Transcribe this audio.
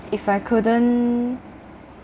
if I couldn't